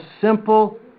simple